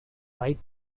right